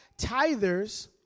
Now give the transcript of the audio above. Tithers